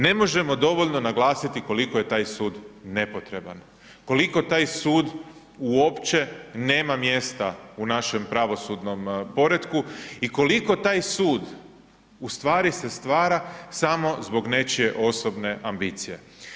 Ne možemo dovoljno naglasiti koliko je taj sud nepotreban, koliko taj sud uopće nema mjesta u našem pravosudnom poretku i koliko taj sud ustvari se stvara samo zbog nečije osobne ambicije.